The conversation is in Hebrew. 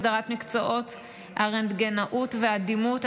הסדרת מקצועות הרנטגנאות והדימות),